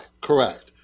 correct